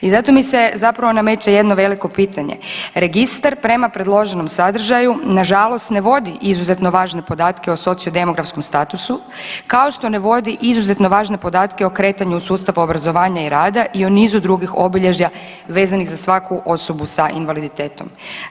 I zato mi se zapravo nameće jedno veliko pitanje, registar prema predloženom sadržaju nažalost ne vodi izuzetno važne podatke o sociodemografskom statusu kao što ne vodi izuzetno važne podatke o kretanju u sustavu obrazovanja i rada i o nizu drugih obilježja vezanih za svaku osobu s invaliditetom.